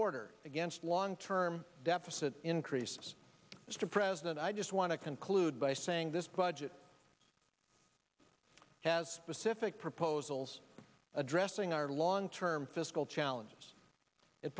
order against long term deficit increases mr president i just want to conclude by saying this budget has specific proposals addressing our long term fiscal challenges it